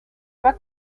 pas